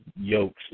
yokes